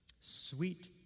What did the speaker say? sweet